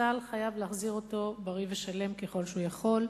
צה"ל חייב להחזיר אותו בריא ושלם ככל שהוא יכול,